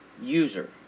user